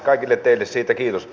kaikille teille siitä kiitos